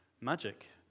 magic